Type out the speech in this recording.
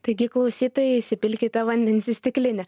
taigi klausytojai įsipilkite vandens į stiklinę